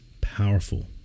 powerful